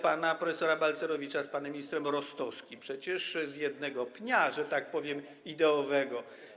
pana prof. Balcerowicza z panem ministrem Rostowskim, przecież z jednego pnia, że tak powiem, ideowego.